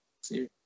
see